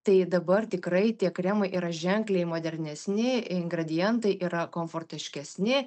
tai dabar tikrai tie kremai yra ženkliai modernesni ingredientai yra komfortiškesni